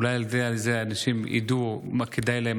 אולי ככה אנשים ידעו מה כדאי להם,